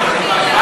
פרוש,